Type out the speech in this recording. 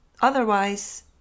Otherwise